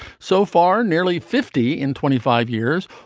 so far, nearly fifty in twenty five years,